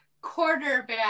Quarterback